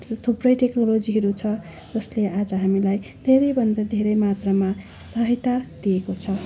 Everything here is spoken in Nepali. थुप्रै टेक्नोलोजीहरू छ जसले आज हामीलाई धेरैभन्दा धेरै मात्रामा सहायता दिएको छ